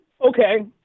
okay